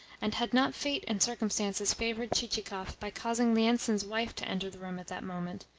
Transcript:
and, had not fate and circumstances favoured chichikov by causing lienitsin's wife to enter the room at that moment,